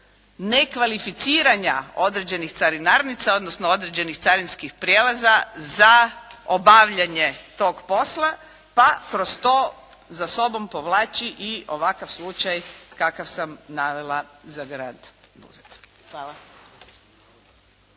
nekvalificirana određenih carinarnica odnosno određenih carinskih prijelaza za obavljanje tog posla, pa kroz to za sobom povlači i ovakav slučaj kakav sam navela za grad Buzet.